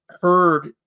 heard